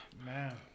Man